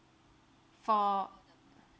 for